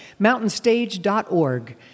mountainstage.org